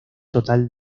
total